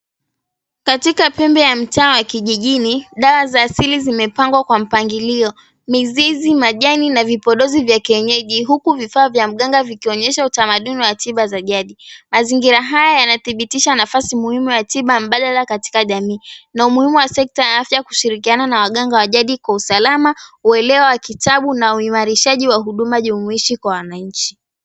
Katika pembe ya mtaa wa kijijini, dawa za asili zimepangwa kwa mpangilio: mizizi, majani na vipodozi vya kienyeji, huku vifaa vya mganga vikionyesha utamaduni wa tiba za jadi. Mazingira haya yanathibitisha nafasi muhimu ya tiba mbadala katika jamii na umuhimu wa sekta ya afya kushirikiana na waganga wa jadi kwa usalama, uelewa wa kitabu na uimarishaji wa huduma jumuishi kwa wananchi.